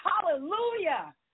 Hallelujah